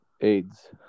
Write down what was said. AIDS